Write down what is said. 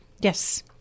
yes